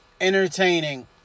Entertaining